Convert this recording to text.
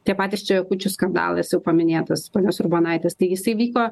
tie patys čekučių skandalas jau paminėtas ponios urbonaitės tai jisai vyko